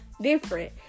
different